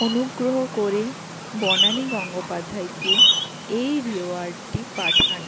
অনুগ্রহ করে বনানী গঙ্গোপাধ্যায়কে এই রিওয়ার্ডটি পাঠান